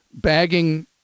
bagging